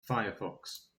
firefox